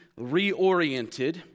reoriented